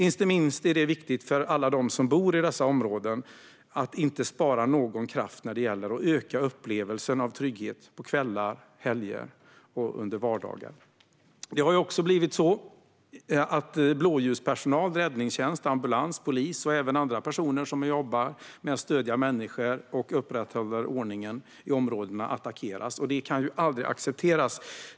Inte minst är det viktigt för alla dem som bor i dessa områden att vi inte sparar någon kraft när det gäller att öka upplevelsen av trygghet på kvällar och helger och i vardagen. Det har också blivit så att blåljuspersonal, räddningstjänst, ambulans, polis och även andra personer som jobbar med att stödja människor och att upprätthålla ordningen i områdena attackeras. Det kan aldrig accepteras.